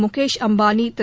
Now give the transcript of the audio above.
Mukesh Ambani Thiru